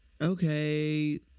Okay